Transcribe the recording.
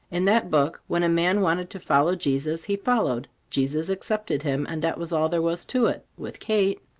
in that book, when a man wanted to follow jesus, he followed jesus accepted him and that was all there was to it, with kate.